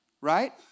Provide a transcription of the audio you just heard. right